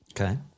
Okay